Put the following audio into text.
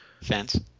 Fence